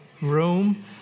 room